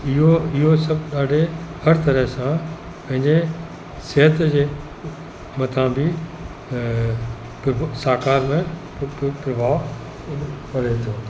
इहो इहो सभु ॾाढे हर तरह सां पंहिंजे सिहत जे मथां बि सुठो सकारत्मक प प्रभाव पवे थो